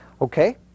Okay